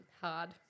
Hard